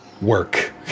Work